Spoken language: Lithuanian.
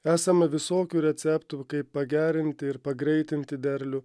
esama visokių receptų kaip pagerinti ir pagreitinti derlių